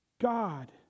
God